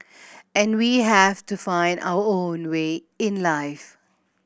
and we have to find our own way in life